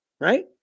right